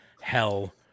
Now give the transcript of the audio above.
hell